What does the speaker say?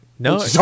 No